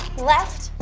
left.